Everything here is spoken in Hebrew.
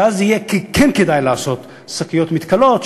שאז כן יהיה כדאי לעשות שקיות מתכלות,